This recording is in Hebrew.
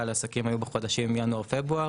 על העסקים היו בחודשים ינואר-פברואר.